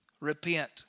Repent